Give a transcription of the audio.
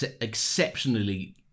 exceptionally